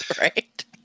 Right